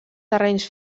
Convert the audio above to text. terrenys